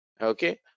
Okay